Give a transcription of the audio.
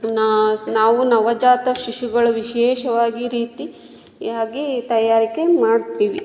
ನಾ ನಾವು ನವಜಾತ ಶಿಶುಗಳು ವಿಶೇಷವಾಗಿ ರೀತಿಯಾಗಿ ತಯಾರಿಕೆ ಮಾಡ್ತೀವಿ